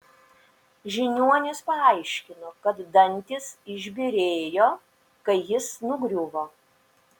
žiniuonis paaiškino kad dantys išbyrėjo kai jis nugriuvo